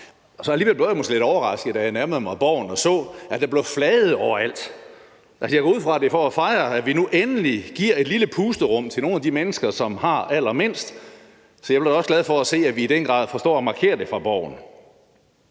alligevel lidt overrasket, da jeg nærmede mig Borgen og så, at der blev flaget overalt. Jeg går ud fra, at det er for at fejre, at vi nu endelig giver et lille pusterum til nogle af de mennesker, som har allermindst – så jeg blev også glad for, at vi i den grad forstår at markere det fra Borgen.